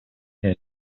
tent